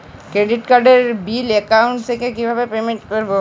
Credit কার্ডের bill account থেকে কিভাবে পেমেন্ট করবো?